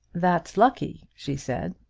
that's lucky, she said,